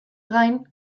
gain